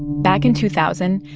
back in two thousand,